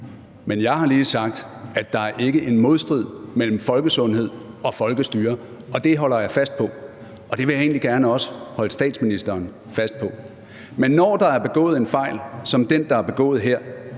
Men jeg har lige sagt, at der ikke er en modstrid mellem folkesundhed og folkestyre, og det holder jeg fast ved, og det vil jeg egentlig også gerne holde statsministeren fast ved. Men når der er begået en fejl som den, der er begået her,